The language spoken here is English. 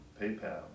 PayPal